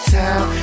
town